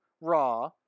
Raw